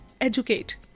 educate